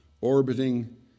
orbiting